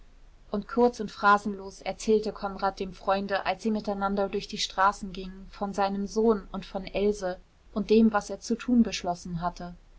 und kurz und phrasenlos erzählte konrad dem freunde als sie miteinander durch die straßen gingen von seinem sohn und von else und dem was er zu tun beschlossen hatte